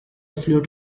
fluid